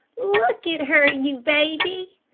look at her, you gaby.